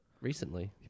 recently